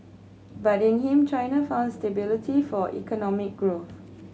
but in him China found stability for economic growth